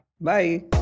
Bye